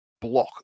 block